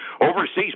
Overseas